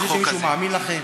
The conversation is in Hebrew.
אתה חושב שמישהו מאמין לכם?